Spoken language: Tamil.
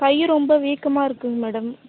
கை ரொம்பவே வீக்கமாக இருக்குது மேடம்